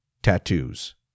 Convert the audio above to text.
tattoos